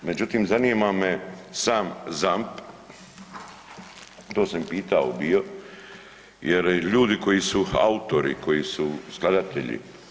Međutim, zanima me sam ZAMP, to sam i pitao bio, jer ljudi koji su autori, koji su skladatelji.